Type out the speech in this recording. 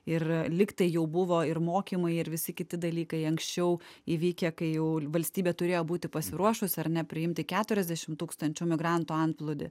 ir lyg tai jau buvo ir mokymai ir visi kiti dalykai anksčiau įvykę kai jau ir valstybė turėjo būti pasiruošus ar ne priimti keturiasdešimt tūkstančių migrantų antplūdį